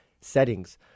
settings